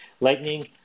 Lightning